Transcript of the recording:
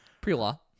Pre-law